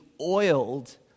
oiled